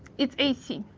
it's ac.